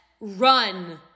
run